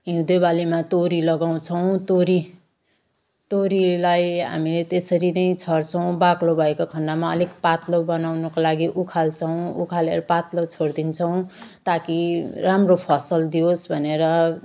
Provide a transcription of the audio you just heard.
हिउँदे बालीमा तोरी लगाउँछौँ तोरी तोरीलाई हामी त्यसरी नै छर्छौँ बाक्लो भएको खन्डमा अलिक पातलो बनाउनको लागि उखाल्छौँ उखालेर पातलो छोडदिन्छौँ ताकि राम्रो फसल दियोस् भनेर